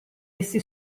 essi